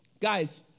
Guys